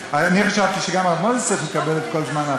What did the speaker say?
בכך שנוזפים בחבר כנסת שדיבר באופן כללי,